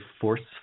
forceful